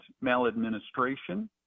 maladministration